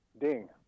ding